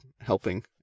helping